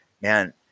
man